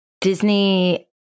Disney